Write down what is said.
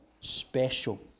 special